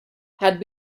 had